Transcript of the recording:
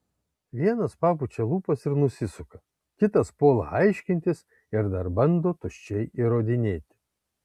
vienas papučia lūpas ir nusisuka kitas puola aiškintis ir dar bando tuščiai įrodinėti